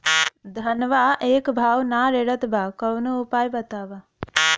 धनवा एक भाव ना रेड़त बा कवनो उपाय बतावा?